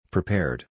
Prepared